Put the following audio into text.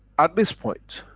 at this point,